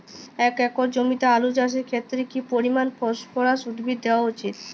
এক একর জমিতে আলু চাষের ক্ষেত্রে কি পরিমাণ ফসফরাস উদ্ভিদ দেওয়া উচিৎ?